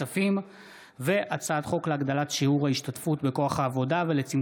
כי הצעת החוק התקבלה ותחזור להמשך דיון בוועדה לביטחון